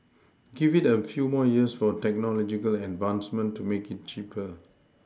give it a few more years for technological advancement to make it cheaper